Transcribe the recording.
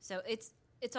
so it's it's